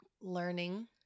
learning